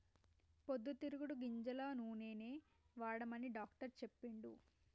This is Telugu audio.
పొద్దు తిరుగుడు గింజల నూనెనే వాడమని డాక్టర్ చెప్పిండు